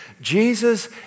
Jesus